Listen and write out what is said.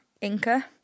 Inca